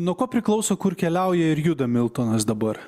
nuo ko priklauso kur keliauja ir juda miltonas dabar